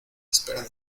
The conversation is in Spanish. esperan